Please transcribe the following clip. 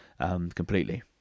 completely